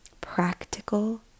Practical